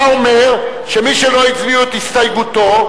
אתה אומר שמי שלא הצביעו את הסתייגותו,